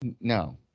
No